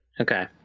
Okay